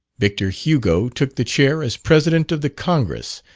victor hugo took the chair as president of the congress,